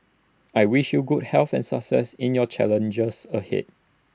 I wish you good health and success in your challenges ahead